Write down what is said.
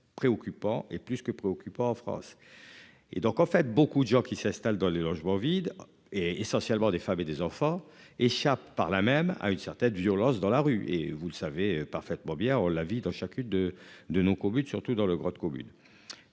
préoccupants et plus que préoccupant en France. Et donc en fait, beaucoup de gens qui s'installent dans les logements vides et essentiellement des femmes et des enfants échappent par là même à une certaine violence dans la rue et vous le savez parfaitement bien on la vie dans chacune de de nos communes, surtout dans le grade commune.